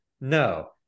No